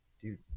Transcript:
dude